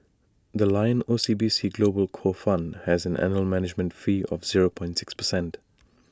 the lion O C B C global core fund has an annual management fee of zero point six percent